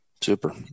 Super